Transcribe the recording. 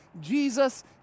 Jesus